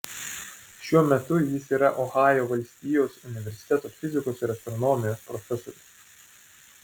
šiuo metu jis yra ohajo valstijos universiteto fizikos ir astronomijos profesorius